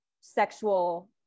sexual